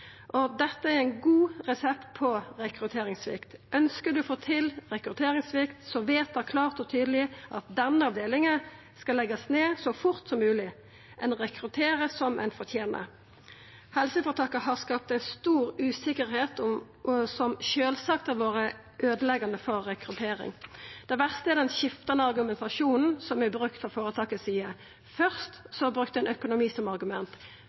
Dette er ein god resept på rekrutteringssvikt. Ønskjer ein rekrutteringssvikt, så vedta klart og tydeleg at denne avdelinga skal leggjast ned så fort som mogleg. Ein rekrutterer som ein fortener. Helseføretaka har skapt ei stor usikkerheit, som sjølvsagt har vore øydeleggjande for rekrutteringa. Det verste er den skiftande argumentasjonen som er brukt frå føretaket si side. Først brukte ein økonomi som argument.